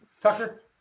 Tucker